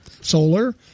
solar